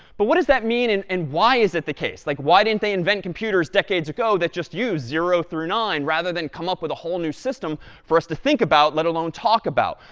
but what does that mean and and why is it the case? like, why didn't they invent computers decades ago that just use zero through nine, rather than come up with a whole new system for us to think about, let alone talk about?